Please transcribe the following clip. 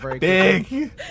Big